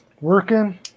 working